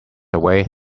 away